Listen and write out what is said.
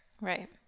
right